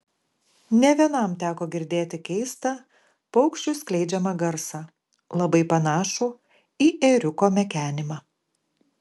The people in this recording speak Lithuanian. ne vienam teko girdėti keistą paukščių skleidžiamą garsą labai panašų į ėriuko mekenimą